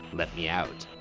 let me out,